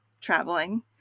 traveling